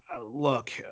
look